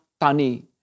Tani